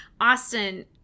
Austin